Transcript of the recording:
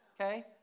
Okay